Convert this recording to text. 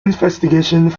investigations